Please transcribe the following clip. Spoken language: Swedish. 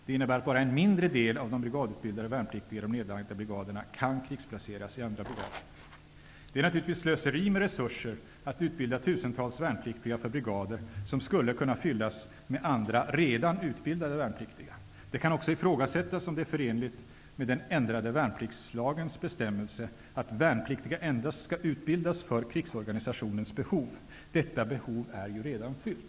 Det innebär att bara en mindre del av de brigadutbildade värnpliktiga i de nedlagda brigaderna kan krigsplaceras i andra brigader. Det är naturligtvis slöseri med resurser att utbilda tusentals värnpliktiga för brigader som skulle kunna fyllas med andra, redan utbildade värnpliktiga. Det kan också ifrågasättas om det är förenligt med den ändrade värnpliktslagens bestämmelse att värnpliktiga endast skall utbildas för krigsorganisationens behov. Detta behov är ju redan fyllt.